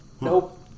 Nope